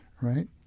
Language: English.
right